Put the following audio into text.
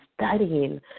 studying